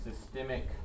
systemic